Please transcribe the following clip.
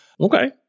Okay